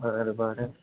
बरं बरं